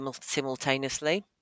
simultaneously